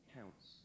counts